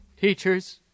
teachers